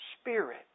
Spirit